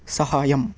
సహాయం